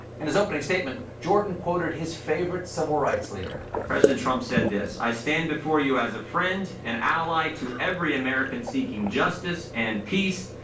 in his opening statement, jordan quoted his favorite civil rights leader. president trump said this i stand before you as a friend and ally to every american seeking justice and peace,